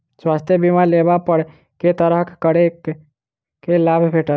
स्वास्थ्य बीमा लेबा पर केँ तरहक करके लाभ भेटत?